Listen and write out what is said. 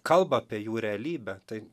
kalba apie jų realybę tai